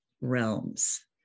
realms